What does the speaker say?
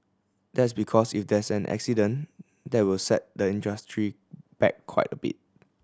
that's because if there is an accident that will set the industry back quite a bit